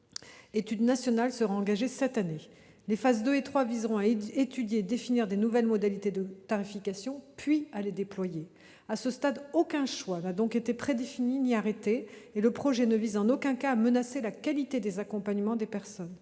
étude nationale sera engagée cette année. Les phases 2 et 3 viseront à étudier et à définir de nouvelles modalités de tarification, puis à les déployer. À ce stade, aucun choix n'a donc été prédéfini ni arrêté, et le projet ne vise en aucun cas à remettre en cause la qualité des accompagnements des personnes.